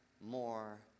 more